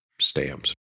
stamps